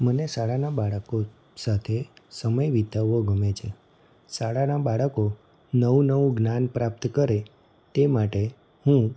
મને શાળાનાં બાળકો સાથે સમય વિતાવવો ગમે છે શાળાનાં બાળકો નવું નવું જ્ઞાન પ્રાપ્ત કરે તે માટે હું